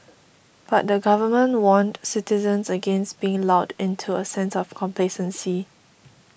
but the Government warned citizens against being lulled into a sense of complacency